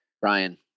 Brian